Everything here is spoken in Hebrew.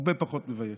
הרבה פחות מבייש.